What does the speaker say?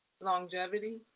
Longevity